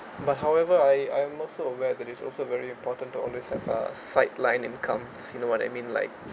but however I I'm also aware that is also very important to all this sight far side line incomes you know what I mean like